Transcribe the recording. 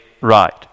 right